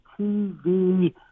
TV